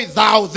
thou